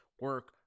Work